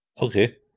okay